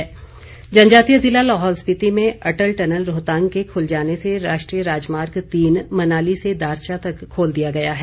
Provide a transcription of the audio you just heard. सड़क बहाल जनजातीय जिला लाहौल स्पिति में अटल टनल रोहतांग के खुल जाने से राष्ट्रीय राजमार्ग तीन मनाली से दारचा तक खोल दिया गया है